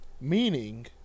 meaning